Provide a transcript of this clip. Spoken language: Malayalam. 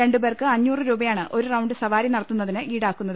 രണ്ടുപേർക്ക് അഞ്ഞൂറു രൂപയാണ് ഒരു റൌണ്ട് സവാരി നടത്തുന്നതിന് ഇൌടാക്കുന്നത്